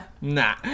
Nah